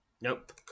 nope